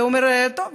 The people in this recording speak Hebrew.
ואומר: טוב,